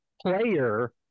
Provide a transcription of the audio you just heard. player